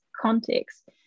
context